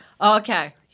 okay